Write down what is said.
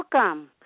Welcome